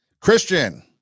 Christian